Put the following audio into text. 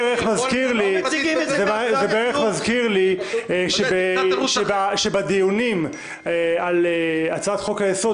זה מזכיר לי שבדיונים על הצעת חוק-היסוד